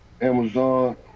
Amazon